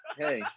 hey